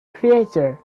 creature